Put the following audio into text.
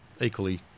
equally